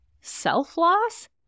Self-loss